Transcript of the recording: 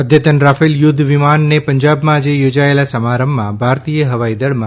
અધતન Rafale યુદ્ધ વિમાનને પંજાબમાં આજે યોજાયેલા સમારંભમાં ભારતીય હવાઇદળમાં